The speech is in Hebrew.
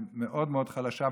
מאוד מאוד חלשה,